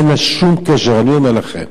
אין לזה שום קשר, אני אומר לכם.